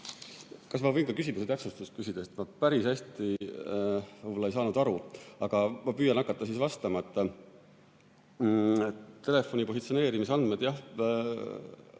Kas ma võin ka küsimuse täpsustust küsida? Ma päris hästi ei saanud aru, aga ma püüan hakata vastama. Telefonipositsioneerimise andmestik